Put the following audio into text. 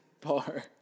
bar